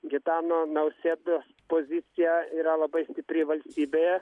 gitano nausėdos pozicija yra labai stipri valstybėje